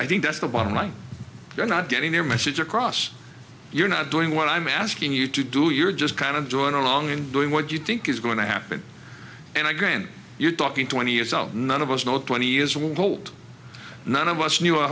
i think that's the bottom line you're not getting their message across you're not doing what i'm asking you to do you're just kind of drawing along and doing what you think is going to happen and i grant you're talking twenty years old none of us know twenty years we're told none of us knew